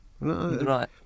Right